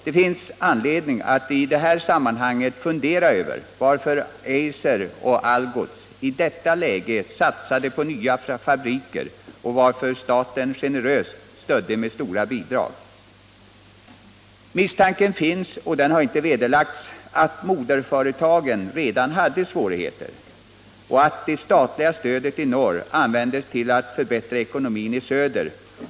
Det finns anledning att i detta sammanhang fundera över varför Eiser och Algots i detta läge satsade på nya fabriker och varför staten generöst stödde med stora bidrag. Misstanken finns, och den har inte vederlagts, att moderföretagen redan då hade svårigheter och att det statliga stödet i norr användes till att förbättra ekonomin i söder.